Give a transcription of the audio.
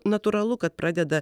natūralu kad pradeda